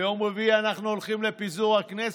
ביום רביעי אנחנו הולכים לפיזור הכנסת,